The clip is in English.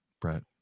Brett